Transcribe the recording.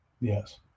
Yes